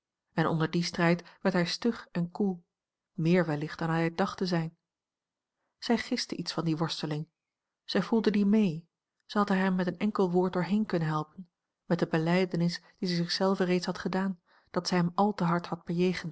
en onder dien strijd werd hij stug en koel meer wellicht dan hij het dacht te zijn zij giste iets van die worsteling zij voelde die mee zij had er hem met een enkel woord doorheen kunnen helpen met de belijdenis die zij zich zelve reeds had gedaan dat zij hem al te hard had